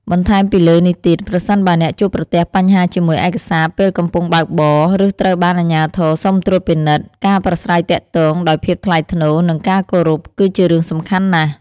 បន្ថែមពីលើនេះទៀត ប្រសិនបើអ្នកជួបប្រទះបញ្ហាជាមួយឯកសារពេលកំពុងបើកបរ ឬត្រូវបានអាជ្ញាធរសុំត្រួតពិនិត្យ ការប្រាស្រ័យទាក់ទងដោយភាពថ្លៃថ្នូរ និងការគោរព គឺជារឿងសំខាន់ណាស់។